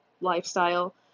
lifestyle